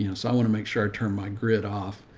you know so i want to make sure i turn my grid off.